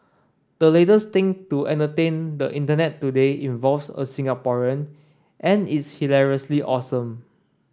the latest thing to entertain the Internet today involves a Singaporean and it's hilariously awesome